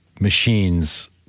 machines